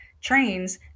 trains